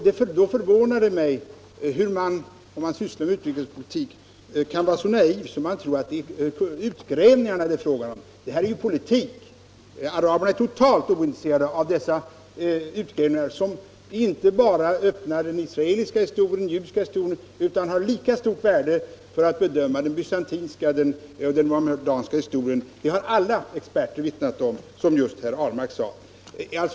Det förvånar mig att man, r.är man sysslar med utrikespolitik, kan vara så naiv att man tror att det är utgrävningarna det är fråga om. Det här är ju politik! Araberna är helt ointresserade av dessa utgrävningar, som inte bara öppnar den israeliska och egyptiska historien utan har lika stort värde för bedömningen av den bysantinska och muhammedanska historien. Det har alla experter vittnat om, som herr Ahlmark just sade.